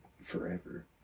forever